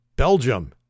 Belgium